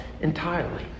entirely